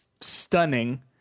stunning